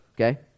okay